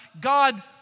God